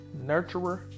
nurturer